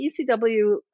ECW